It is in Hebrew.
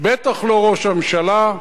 בטח לא ראש הממשלה,